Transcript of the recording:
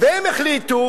והם החליטו.